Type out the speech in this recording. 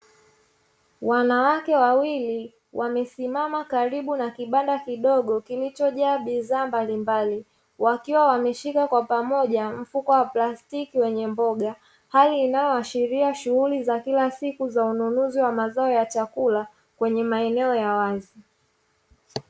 Wanawake wawili wamesimama karibu na kibanda kidogo kilichojaa bidhaa mbalimbali wakiwa wameshika kwa pamoja mfuko wa plastiki wenye mboga, hali inayoashiria shughuli za kila siku za ununuzi wa mazao ya chakula kwenye maeneo ya wazi.